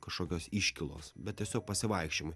kažkokios iškylos bet tiesiog pasivaikščiojimai